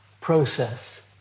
process